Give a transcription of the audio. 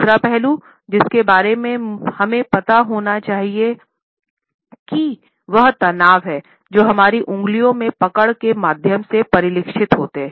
दूसरा पहलू जिसके बारे में हमें पता होना चाहिए कि वह तनाव है जो हमारी उंगलियों में पकड़ के माध्यम से परिलक्षित होता है